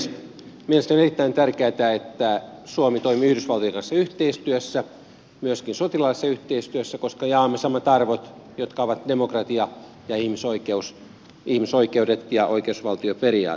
mielestäni on erittäin tärkeätä että suomi toimii yhdysvaltojen kanssa yhteistyössä myöskin sotilaallisessa yhteistyössä koska jaamme samat arvot jotka ovat demokratia ja ihmisoikeudet ja oikeusvaltioperiaate